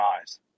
eyes